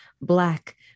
black